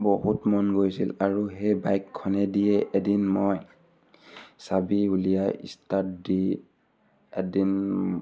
বহুত মন গৈছিল আৰু সেই বাইকখনেদিয়ে এদিন মই চাবি উলিয়াই ষ্টাৰ্ট দি এদিন